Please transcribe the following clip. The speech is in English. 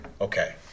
okay